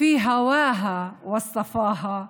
העם שמדבר בשפתו לא ימות,